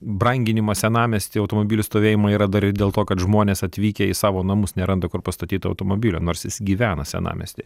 branginimą senamiestyje automobilių stovėjimą yra dar ir dėl to kad žmonės atvykę į savo namus neranda kur pastatyt automobilio nors jis gyvena senamiestyje